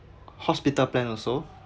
hospital plan also